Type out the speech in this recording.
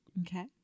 Okay